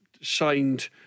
signed